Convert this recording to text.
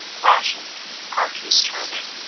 flash of car keys turning.